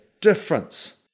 difference